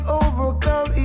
overcome